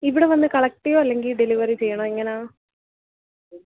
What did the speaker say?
ഇവിടെ വന്ന് കളക്ട് ചെയ്യുമോ അല്ലെങ്കിൽ ഡെലിവെറി ചെയ്യണോ എങ്ങനെയാണ്